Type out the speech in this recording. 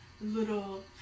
little